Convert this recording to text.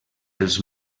els